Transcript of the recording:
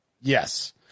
Yes